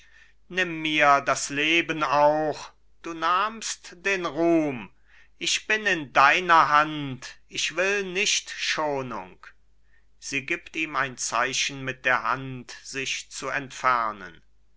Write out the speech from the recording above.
nimm mir das leben auch du nahmst den ruhm ich bin in deiner hand ich will nicht schonung sie gibt ihm ein zeichen mit der hand sich zu entfernen